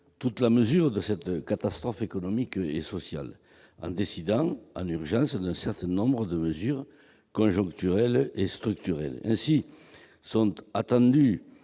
toute la mesure de cette catastrophe économique et sociale en mettant en oeuvre en urgence un certain nombre de mesures conjoncturelles et structurelles. Sont attendues